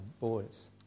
boys